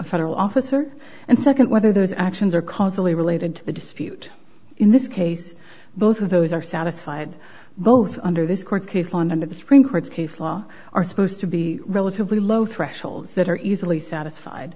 federal officer and second whether those actions are causally related to the dispute in this case both of those are satisfied both under this court case on under the supreme court's case law are supposed to be relatively low threshold that are easily satisfied